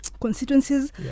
constituencies